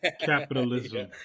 Capitalism